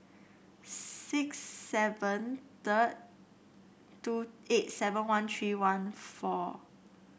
six seven third two eight seven one three one four